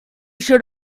should